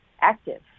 active